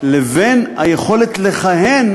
לבין היכולת לכהן,